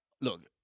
look